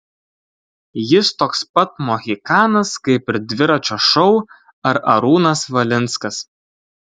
jis toks pat mohikanas kaip ir dviračio šou ar arūnas valinskas